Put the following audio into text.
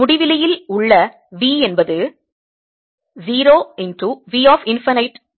முடிவிலியில் உள்ள V என்பது 0 V ∞ 0